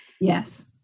Yes